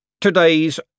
Today's